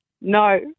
No